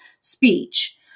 speech